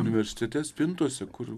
universitete spintose kur